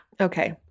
Okay